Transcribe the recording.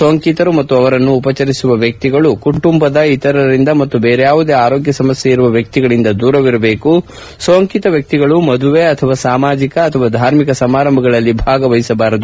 ಸೋಂಕಿತರು ಮತ್ತು ಅವರನ್ನು ಉಪಚರಿಸುವ ವ್ವಕ್ತಿಗಳು ಕುಟುಂಬದ ಇತರರಿಂದ ಮತ್ತು ದೇರಾವುದೇ ಆರೋಗ್ಯ ಸಮಸ್ಥೆ ಇರುವ ವ್ಯಕ್ತಿಗಳಿಂದ ದೂರವಿರಬೇಕು ಸೋಂಕಿತ ವ್ಯಕ್ತಿಗಳು ಮದುವೆ ಅಥವಾ ಸಾಮಾಜಿಕ ಅಥವಾ ಧಾರ್ಮಿಕ ಸಮಾರಂಭಗಳಲ್ಲಿ ಭಾಗವಹಿಸಬಾರದು